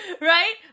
Right